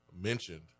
mentioned